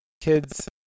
kids